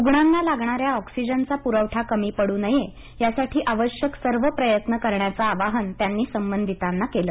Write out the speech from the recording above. रुणांना लागणाऱ्या ऑक्सिजनचा प्रवठा कमी पडू नये यासाठी आवश्यक सर्व प्रयत्न करण्याचं आवाहन त्यांनी संबधितांना केलं